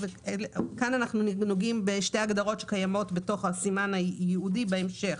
כאן אנחנו נוגעים בשתי הגדרות שיש בתוך הסימן הייעודי בהמשך.